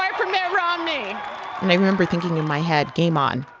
um for mitt romney and i remember thinking in my head, game on.